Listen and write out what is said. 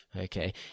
okay